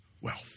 wealth